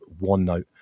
OneNote